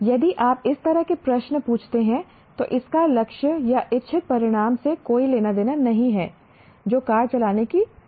यदि आप इस तरह के प्रश्न पूछते हैं तो इसका लक्ष्य या इच्छित परिणाम से कोई लेना देना नहीं है जो कार चलाने की क्षमता है